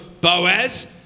Boaz